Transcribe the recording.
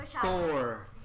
four